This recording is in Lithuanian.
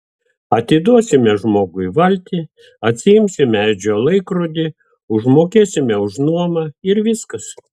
atiduosime žmogui valtį atsiimsime edžio laikrodį užmokėsime už nuomą ir viskas